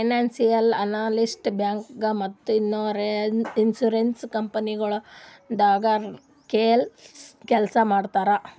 financial analyst ಬ್ಯಾಂಕ್ದಾಗ್ ಮತ್ತ್ insurance ಕಂಪನಿಗೊಳ್ದಾಗ ಕೆಲ್ಸ್ ಮಾಡ್ತರ್